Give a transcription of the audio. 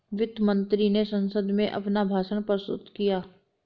वित्त मंत्री ने संसद में अपना भाषण प्रस्तुत किया